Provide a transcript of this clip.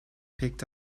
picked